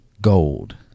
gold